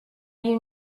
you